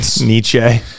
Nietzsche